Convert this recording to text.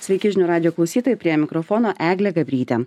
sveiki žinių radijo klausytojai prie mikrofono eglė gabrytė